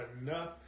enough